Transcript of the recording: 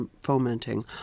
fomenting